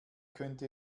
könnte